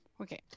Okay